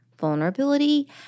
vulnerability